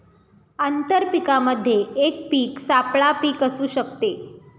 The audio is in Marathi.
आंतर पीकामध्ये एक पीक सापळा पीक असू शकते